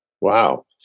Wow